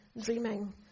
dreaming